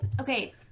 okay